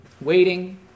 Waiting